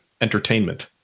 entertainment